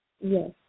Yes